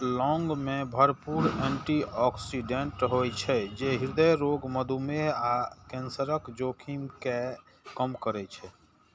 लौंग मे भरपूर एटी ऑक्सिडेंट होइ छै, जे हृदय रोग, मधुमेह आ कैंसरक जोखिम कें कम करै छै